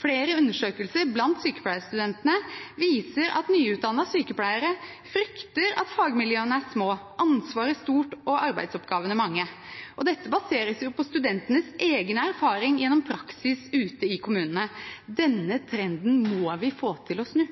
Flere undersøkelser blant sykepleierstudentene viser at nyutdannede sykepleiere frykter at fagmiljøene er små, ansvaret stort og arbeidsoppgavene mange. Dette baseres på studentenes egne erfaringer gjennom praksis ute i kommunene. Denne trenden må vi få til å snu.